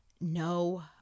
no